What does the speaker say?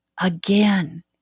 again